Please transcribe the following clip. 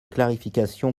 clarification